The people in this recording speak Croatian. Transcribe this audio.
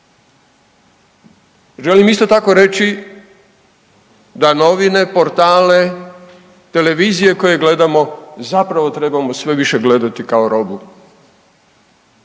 Želim isto tako reći da novine, portale, televizije koje gledamo, zapravo trebamo sve više gledati kao robu,